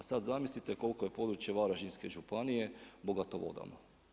A sad zamislite koliko je područje Varaždinske županije bogato vodama.